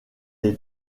est